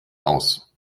aus